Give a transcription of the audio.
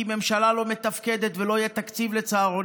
כי הממשלה לא מתפקדת ולא יהיה תקציב לצהרונים,